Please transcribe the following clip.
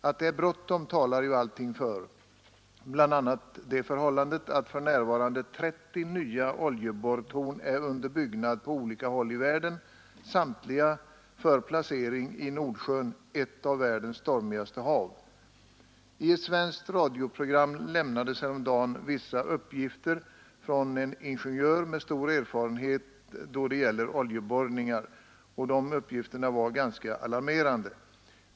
Att det är bråttom talar ju allting för, bl.a. det förhållandet att för närvarande 30 nya oljeborrtorn är under byggnad på olika håll i världen, samtliga för placering i Nordsjön, ett av världens stormigaste hav. I ett svenskt radioprogram lämnades häromdagen vissa uppgifter från en ingenjör med stor erfarenhet av oljeborrningar, vilka uppgifter var ganska alarmerande.